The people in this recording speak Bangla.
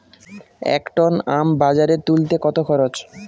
এক টন আম বাজারে তুলতে কত খরচ?